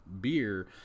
beer